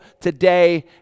today